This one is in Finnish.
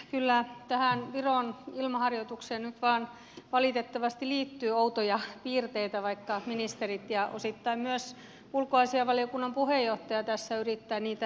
kyllä tähän viron ilmaharjoitukseen nyt vain valitettavasti liittyy outoja piirteitä vaikka ministerit ja osittain myös ulkoasiainvaliokunnan puheenjohtaja tässä yrittävät niitä häivyttää